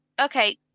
okay